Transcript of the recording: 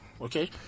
okay